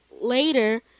later